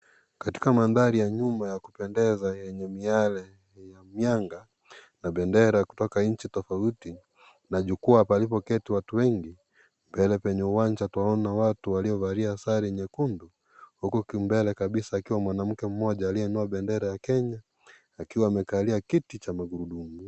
Katika mandari ya nyumba ya kupendeza yenye miale ya mianga na bendera kutoka nchi tofauti, na jukwaa palipo keti watu wengi, mbele penye uwanja tunaona watu waliovalia sare nyekundu huku kimbele kabisa ikiwa mwanamke mmoja aliyevaa bendera ya Kenya akiwa amekalia kiti cha magurudumu.